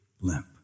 limp